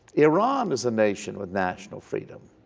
iran is a nation with national freedom.